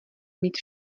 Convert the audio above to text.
mít